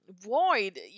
void